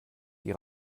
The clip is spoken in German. die